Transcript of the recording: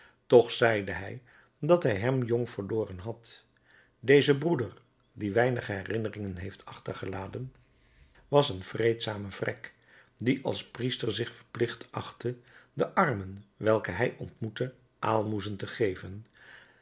toch zeide hij dat hij hem jong verloren had deze broeder die weinige herinneringen heeft achtergelaten was een vreedzame vrek die als priester zich verplicht achtte den armen welke hij ontmoette aalmoezen te geven